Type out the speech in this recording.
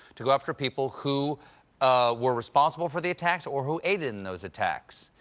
to go after people who were responsible for the attacks or who aided in those attacks.